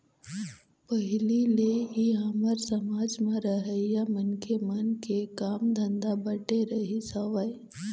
पहिली ले ही हमर समाज म रहइया मनखे मन के काम धंधा बटे रहिस हवय